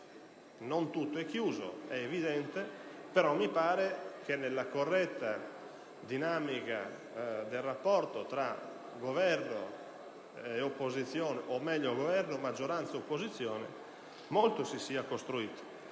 non tutto è chiuso (è evidente), però mi pare che, nella corretta dinamica del rapporto tra Governo, maggioranza e opposizione, molto si sia costruito.